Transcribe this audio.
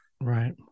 Right